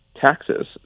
taxes